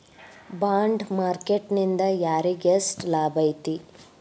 Bond market ನಿಂದಾ ಯಾರಿಗ್ಯೆಷ್ಟ್ ಲಾಭೈತಿ?